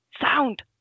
Sound